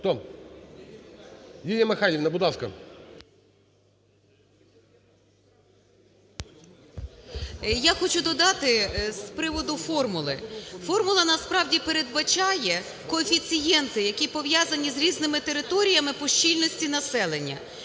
Я хочу додати з приводу формули. Формула насправді передбачає коефіцієнти, які пов'язані з різними територіями по щільності населення.